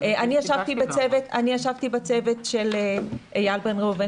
אני ישבתי בצוות של איל בן ראובן,